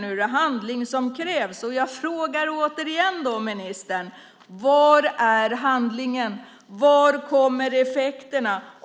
Nu är det handling som krävs. Jag frågar återigen, ministern, var handlingen är. Var kommer effekterna?